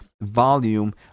volume